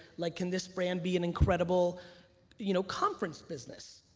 like can this brand be an incredible you know conference business?